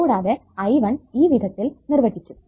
കൂടാതെ I1 ഈ വിധത്തിൽ നിർവചിക്കും